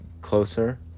closer